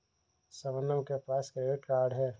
शबनम के पास credit card है